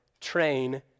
train